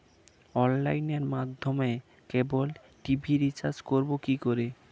অনলাইনের মাধ্যমে cable TV recharge করব কি করে?